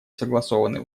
согласованные